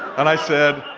and i said,